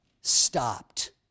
stopped